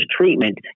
treatment